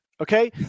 Okay